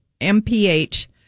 MPH